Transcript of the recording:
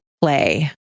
play